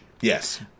Yes